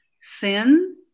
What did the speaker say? sin